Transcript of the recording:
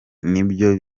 nibyo